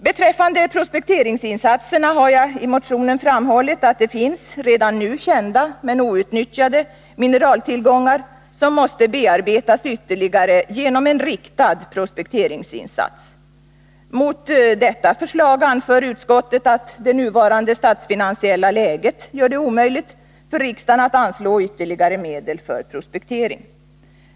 Beträffande prospekteringsinsatserna har jag i motionen framhållit, att det finns redan nu kända men outnyttjade mineraltillgångar som måste bearbetas ytterligare genom en riktad prospekteringsinsats. Mot detta förslag anför utskottet att det nuvarande statsfinansiella läget gör det omöjligt för riksdagen att anslå ytterligare medel för prospektering.